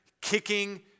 kicking